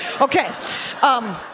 Okay